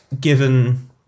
given